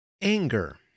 Anger